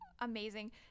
Amazing